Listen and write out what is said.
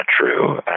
true